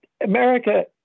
America